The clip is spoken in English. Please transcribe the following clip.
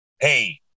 hey